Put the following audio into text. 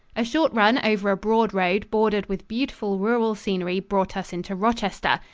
a short run over a broad road bordered with beautiful rural scenery brought us into rochester,